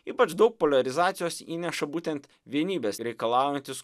ypač daug poliarizacijos įneša būtent vienybės reikalaujantys